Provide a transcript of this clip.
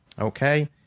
Okay